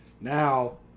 now